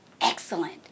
Excellent